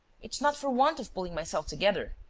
it's not for want of pulling myself together.